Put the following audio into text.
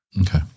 Okay